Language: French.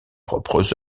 propres